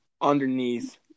underneath